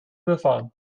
überfahren